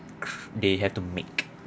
they have to make